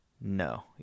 No